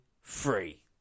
Free